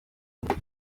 nkunda